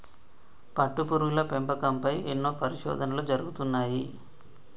పట్టుపురుగుల పెంపకం పై ఎన్నో పరిశోధనలు జరుగుతున్నాయి